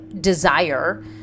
desire